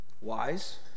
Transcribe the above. Wise